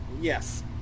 Yes